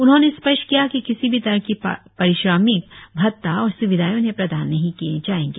उन्होंने स्पष्ट किया की किसी भी तरह की पारिश्रमिक भत्ता और स्विधाएं उन्हें प्रदान नहीं किए जाएगें